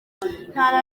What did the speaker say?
nta